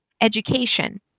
education